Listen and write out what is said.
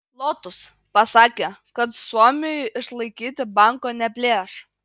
lotus pasakė kad suomiui išlaikyti banko neplėš